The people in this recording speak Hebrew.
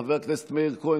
חבר הכנסת מאיר כהן,